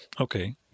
Okay